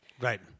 Right